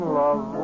love